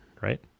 Right